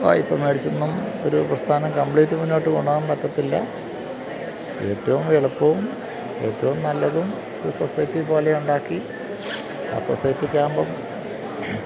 വായ്പ്പ മേടിച്ചൊന്നും ഒരു പ്രസ്ഥാനം കംപ്ലീറ്റ് മുന്നോട്ട് കൊണ്ടുപോകാന് പറ്റില്ല ഏറ്റവും എളുപ്പവും ഏറ്റവും നല്ലതും ഒരു സൊസൈറ്റി പോലെയുണ്ടാക്കി ആ സൊസൈറ്റിയൊക്കെയാകുമ്പോള്